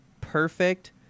perfect